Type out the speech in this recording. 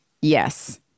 Yes